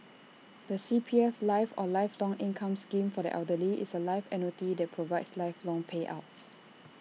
the C P F life or lifelong income scheme for the elderly is A life annuity that provides lifelong payouts